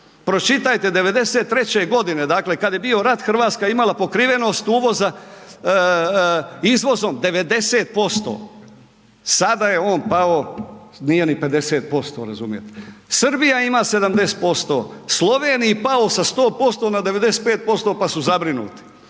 pročitajte '93.g., dakle kad je bio rat, RH je imala pokrivenost uvoza izvozom 90%, sada je on pao nije ni 50% razumijete, Srbija ima 70%, Sloveniji pao sa 100% na 95%, pa su zabrinuti,